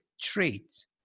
traits